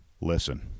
Listen